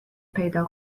پیدا